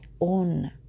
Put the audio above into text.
own